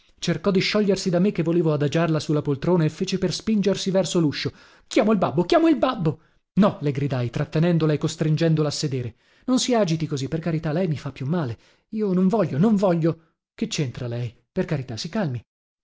cercò di sciogliersi da me che volevo adagiarla su la poltrona e fece per spingersi verso luscio chiamo il babbo chiamo il babbo no le gridai trattenendola e costringendola a sedere non si agiti così per carità lei mi fa più male io non voglio non voglio che centra lei per carità si calmi